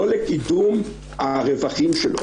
לא לקידום הרווחים שלו.